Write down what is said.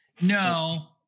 No